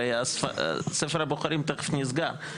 הרי ספר הבוחרים תכף נסגר,